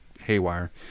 haywire